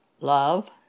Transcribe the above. love